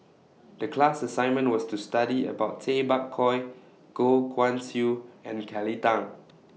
The class assignment was to study about Tay Bak Koi Goh Guan Siew and Kelly Tang